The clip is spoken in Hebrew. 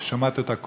ששמעתי אותה קודם: